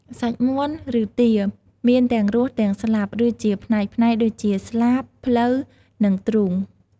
សាច់មាន់ឬទា មានទាំងរស់ ទាំងស្លាប់ ឬជាផ្នែកៗដូចជា ស្លាប ភ្លៅ និងទ្រូង។